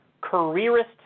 careerist